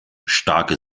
starke